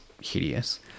hideous